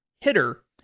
hitter